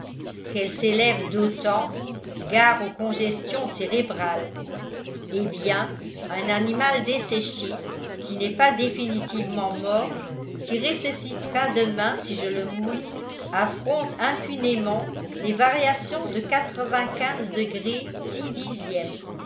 qu'elle s'élève d'autant gare aux congestions cérébrales eh bien un animal desséché qui n'est pas définitivement mort qui ressuscitera demain si je le mouille affronte impunément des variations de quatre-vingt-quinze degrés six dixièmes